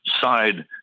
side